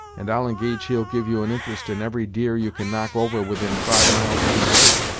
and i'll engage he'll give you an interest in every deer you can knock over within five miles of his lake.